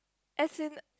as in